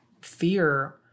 fear